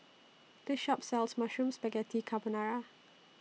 This Shop sells Mushroom Spaghetti Carbonara